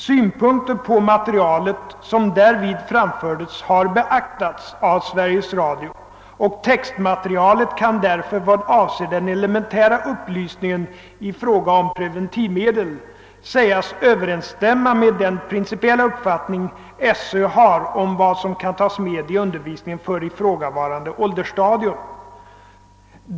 Synpunkter på materialet, som därvid framfördes, har beaktats av Sveriges Radio, och textmaterialet kan därför vad avser den elementära upplysningen i fråga om preventivmedel sägas överensstämma med den principiella uppfattning Sö har om vad som kan tas med i undervisningen för ifrågavarande åldersstadium.